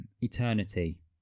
Eternity